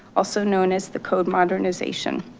also known as the code modernization.